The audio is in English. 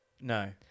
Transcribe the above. No